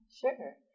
Sure